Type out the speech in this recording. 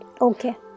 Okay